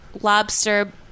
lobster